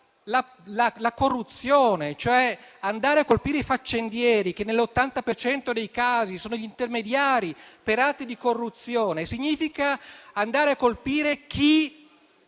la corruzione? Andare a colpire i faccendieri, che nell'80 per cento dei casi sono gli intermediari per atti di corruzione, significa andare a colpire chi